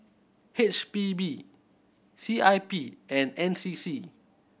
H P B C I P and N C C